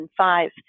2005